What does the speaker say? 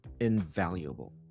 invaluable